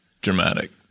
dramatic